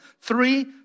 three